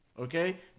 Okay